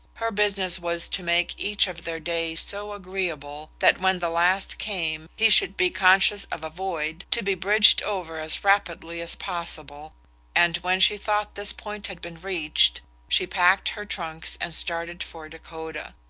her business was to make each of their days so agreeable that when the last came he should be conscious of a void to be bridged over as rapidly as possible and when she thought this point had been reached she packed her trunks and started for dakota.